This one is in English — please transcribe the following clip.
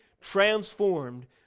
transformed